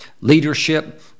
leadership